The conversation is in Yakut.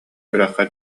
үрэххэ